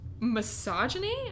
misogyny